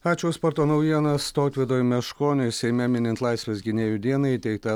ačiū už sporto naujienas tautvydui meškoniui seime minint laisvės gynėjų dieną įteikta